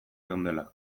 geundela